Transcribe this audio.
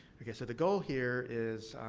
so, the goal here is